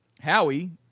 Howie